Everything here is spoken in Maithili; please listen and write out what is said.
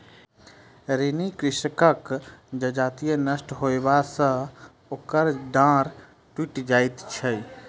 ऋणी कृषकक जजति नष्ट होयबा सॅ ओकर डाँड़ टुइट जाइत छै